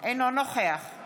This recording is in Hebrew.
נוכח